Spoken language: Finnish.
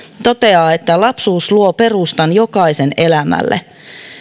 toteaa että lapsuus luo perustan jokaisen elämälle